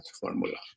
formula